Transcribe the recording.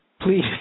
Please